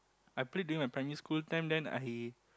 I played during my primary school time then I